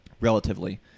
Relatively